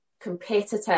competitive